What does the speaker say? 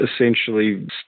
essentially